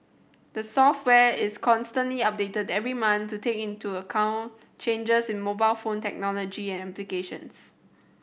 the software is constantly updated every month to take into account changes in mobile phone technology and applications